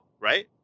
right